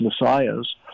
messiahs